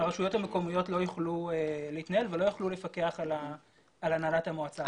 הרשויות המקומיות לא יוכלו להתנהל ולא יוכלו לפקח על הנהלת המועצה.